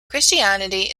christianity